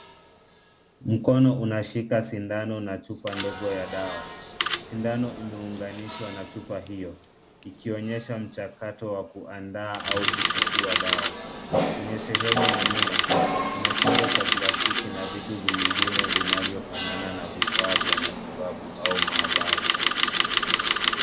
Mkono unashika sindano na chupa ndogo ya dawa. Sindano imeunganishwa na chupa hiyo ikionyesha mchakato wa kuandaa au kuchukua dawa. Kwenye sehemu ya nyuma kuna chombo cha plastiki na vitu vingine vinavyofanana na vifaa vya matibabu au mahabara.